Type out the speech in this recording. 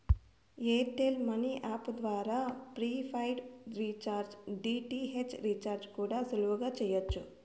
air tell money app ద్వారా prepaid recharge, DTH recharge కూడా సులువుగా చెయ్యచ్చు